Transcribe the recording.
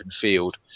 field